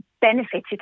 benefited